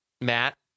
Matt